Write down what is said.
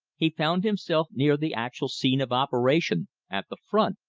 he found himself near the actual scene of operation, at the front,